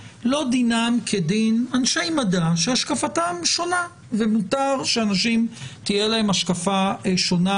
לא דינם כדין אנשי מדע שהשקפתם שונה ומותר שלאנשים תהיה השקפה שונה